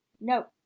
no